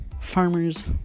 farmers